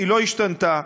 לא השתנתה.